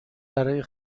برای